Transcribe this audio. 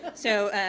but so,